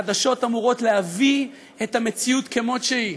חדשות אמורות להביא את המציאות כמות שהיא,